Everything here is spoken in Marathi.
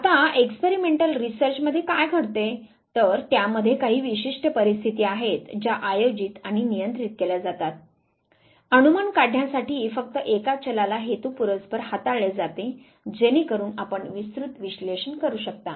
आता एक्सपेरिमेंटल रिसर्च मध्ये काय घडते तर त्यामध्ये काही विशिष्ट परिस्थिती आहेत ज्या आयोजित आणि नियंत्रित केल्या जातात अनुमान काढण्यासाठी फक्त एका चलाला हेतुपुरस्सर हाताळले जाते जेणेकरून आपण विस्तृत विश्लेषण करू शकता